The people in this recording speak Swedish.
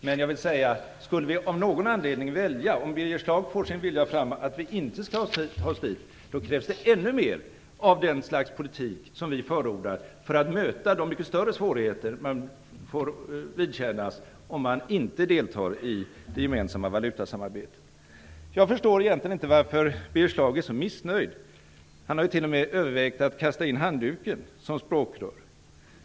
Men jag vill säga att om vi av någon anledning skulle välja, eller om Birger Schlaug får sin vilja fram, att inte ansluta oss krävs det ännu mer av den slags politik som vi förordar för att möta de mycket större svårigheter man får vidkännas om man inte deltar i det gemensamma valutasamarbetet. Jag förstår egentligen inte varför Birger Schlaug är så missnöjd. Han har till och med övervägt att kasta in handduken som språkrör.